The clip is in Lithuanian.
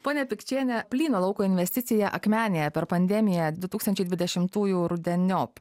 ponia pikčiene plyno lauko investicija akmenėje per pandemiją du tūkstančiai dvidešimtųjų rudeniop